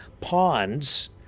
ponds